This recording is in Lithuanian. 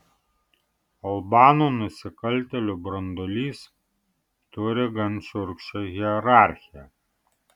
albanų nusikaltėlių branduolys turi gan šiurkščią hierarchiją